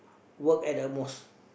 work at a mosque